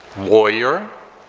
warrior,